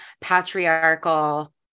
patriarchal